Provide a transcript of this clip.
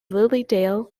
lilydale